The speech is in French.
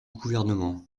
gouvernement